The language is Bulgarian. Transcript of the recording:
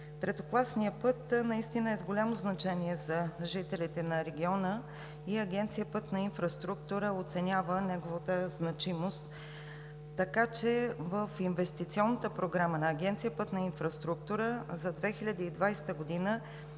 Третокласният път наистина е с голямо значение за жителите на региона и Агенция „Пътна инфраструктура“ оценява неговата значимост, така че в Инвестиционната програма на Агенция „Пътна инфраструктура“ за 2020 г.